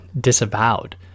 disavowed